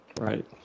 Right